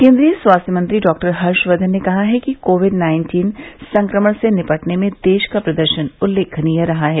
केन्द्रीय स्वास्थ्य मंत्री डॉक्टर हर्षवर्धन ने कहा है कि कोविड नाइन्टीन संक्रमण से निपटने में देश का प्रदर्शन उल्लेखनीय रहा है